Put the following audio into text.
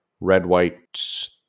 red-white